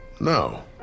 No